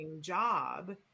job